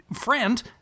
friend